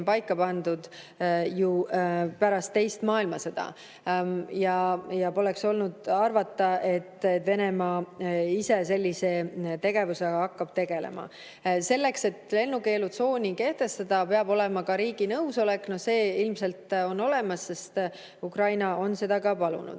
paika pandud pärast teist maailmasõda. Poleks võinud arvata, et Venemaa ise sellise tegevusega hakkab tegelema. Selleks et lennukeelutsooni kehtestada, peab olema ka riigi nõusolek. See ilmselt on olemas, sest Ukraina on seda palunud.